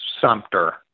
Sumter